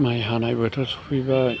माय हानाय बोथोर सफैबाय